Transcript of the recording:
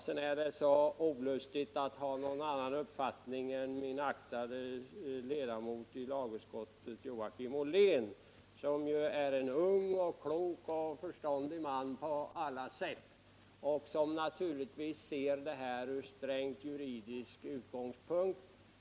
Det känns litet olustigt att ha en annan uppfattning än den aktade ledamoten i lagutskottet Joakim Ollén, som är ung, klok och förståndig på alla sätt och som ser frågan om jäv ur strängt juridisk utgångspunkt.